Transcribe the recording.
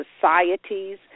societies